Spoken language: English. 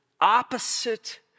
opposite